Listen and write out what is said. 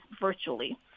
virtually